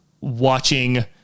watching